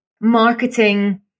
marketing